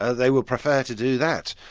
ah they would prefer to do that.